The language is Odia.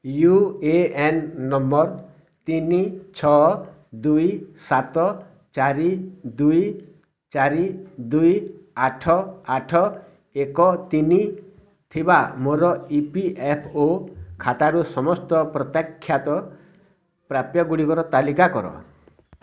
ୟୁ ଏ ଏନ୍ ନମ୍ବର ତିନି ଛଅ ଦୁଇ ସାତ ଚାରି ଦୁଇ ଚାରି ଦୁଇ ଆଠ ଆଠ ଏକ ତିନି ଥିବା ମୋର ଇ ପି ଏଫ୍ ଓ ଖାତାରୁ ସମସ୍ତ ପ୍ରତ୍ୟାଖ୍ୟାତ ପ୍ରାପ୍ୟ ଗୁଡ଼ିକର ତାଲିକା କର